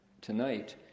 tonight